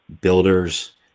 builders